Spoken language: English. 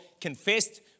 confessed